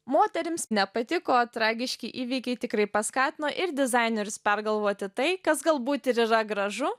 moterims nepatiko tragiški įvykiai tikrai paskatino ir dizainerius pergalvoti tai kas galbūt ir yra gražu